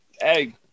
Hey